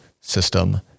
system